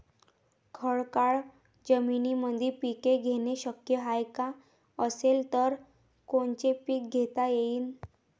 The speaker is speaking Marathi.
खडकाळ जमीनीमंदी पिके घेणे शक्य हाये का? असेल तर कोनचे पीक घेता येईन?